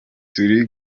turi